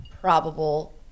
probable